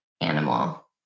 animal